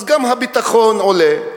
אז גם הביטחון עולה.